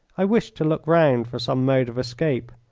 i wished to look round for some mode of escape,